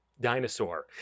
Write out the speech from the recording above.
dinosaur